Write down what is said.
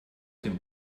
dem